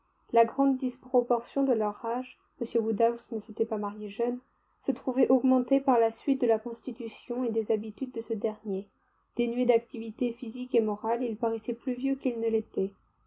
enjouée grande disproportion de leurs âges m woodhouse ne s'était pas marié jeune se trouvait augmentée par la suite de la constitution et des habitudes de ce dernier dénué d'activité physique et morale il paraissait plus vieux qu'il ne l'était